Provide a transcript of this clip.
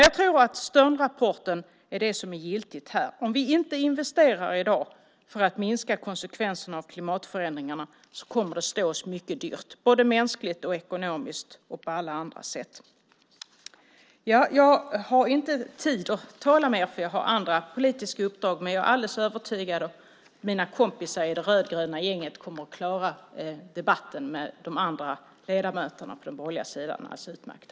Jag tror att Sternrapporten är den som är giltig här. Om vi inte investerar i dag för att minska konsekvenserna av klimatförändringarna kommer det att stå oss mycket dyrt mänskligt, ekonomiskt och på alla andra sätt. Jag har inte tid att tala mer, för jag har andra politiska uppdrag, men jag är alldeles övertygad om att mina kompisar i det rödgröna gänget kommer att klara debatten med de andra ledamöterna från den borgerliga sidan alldeles utmärkt.